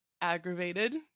aggravated